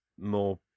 more